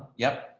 yep.